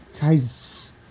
Guys